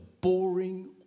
boring